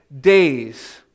days